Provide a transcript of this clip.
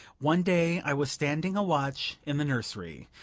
one day i was standing a watch in the nursery.